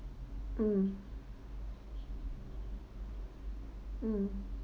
mm mm